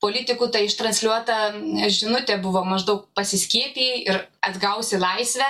politikų ta transliuota nes žinutė buvo maždaug pasiskiepijai ir atgausi laisvę